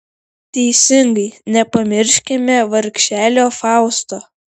teisingai nepamirškime vargšelio fausto